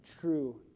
true